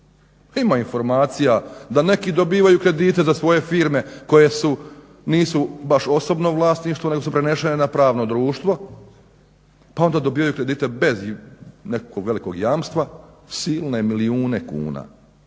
Ima informacija da neki dobivaju kredite za svoje firme koje su, nisu baš u osobno vlasništvo nego su prenesene na pravno društvo, pa onda dobivaju kredite bez nekakvog velikog jamstva, silne milijune kuna.